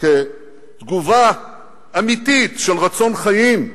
כתגובה אמיתית של רצון חיים,